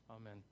amen